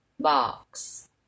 box